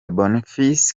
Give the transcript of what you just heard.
bonfils